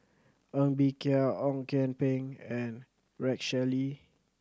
Ng Bee Kia Ong Kian Peng and Rex Shelley